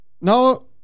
No